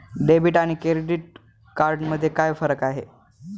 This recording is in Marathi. डेबिट आणि क्रेडिट कार्ड मध्ये काय फरक आहे?